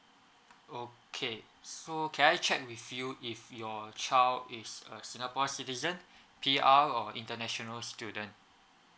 okay so can I check with you if your child is a singapore citizen P_R or international student